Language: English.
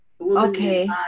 Okay